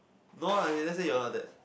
no ah he didn't say you not text